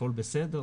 הכל בסדר,